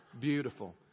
Beautiful